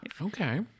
Okay